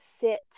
sit